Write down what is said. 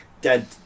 Dead